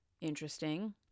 interesting